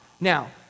Now